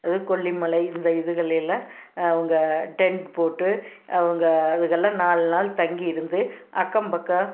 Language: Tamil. அதாவது கொல்லிமலை இந்த இதுகளையெல்லாம் அவங்க டெண்ட் போட்டு அவங்க அதுகள்லாம் நாலு நாள் தங்கி இருந்து அக்கம் பக்கம்